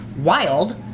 wild